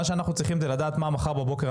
מה שאנחנו צריכים זה לדעת מה אנחנו עושים מחר בבור,